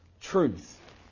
truth